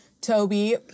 Toby